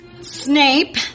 Snape